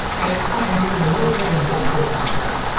and at times even the military industrial complex,